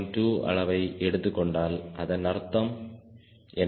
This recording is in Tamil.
2 அளவை எடுத்துக்கொண்டால் அதன் அர்த்தம் என்ன